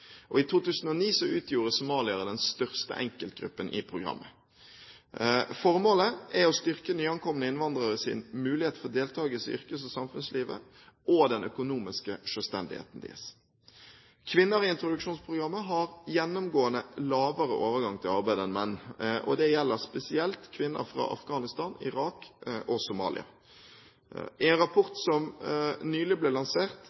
kvalifisering. I 2009 utgjorde somaliere den største enkeltgruppen i programmet. Formålet er å styrke nyankomne innvandreres mulighet for deltakelse i yrkes- og samfunnslivet og å styrke deres økonomiske selvstendighet. Kvinner i introduksjonsprogrammet har gjennomgående lavere overgang til arbeid enn menn, og dette gjelder spesielt kvinner fra Afghanistan, Irak og Somalia. I en rapport som nylig ble lansert,